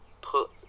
put